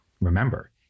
Remember